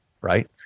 right